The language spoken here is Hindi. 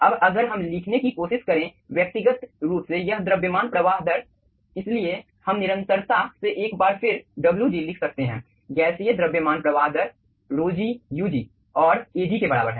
अब अगर हम लिखने की कोशिश करें व्यक्तिगत रूप से यह द्रव्यमान प्रवाह दर इसलिए हम निरंतरता से एक बार फिर Wg लिख सकते हैं गैसीय द्रव्यमान प्रवाह दर ρg ug और Ag के बराबर है